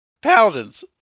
Paladins